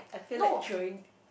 I feel like throwing